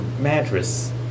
mattress